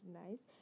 nice